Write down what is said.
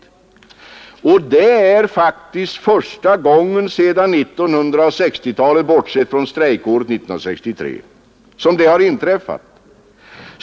Det är faktiskt första gången det har inträffat sedan 1960-talet, bortsett från strejkåret 1963.